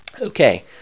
Okay